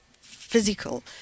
physical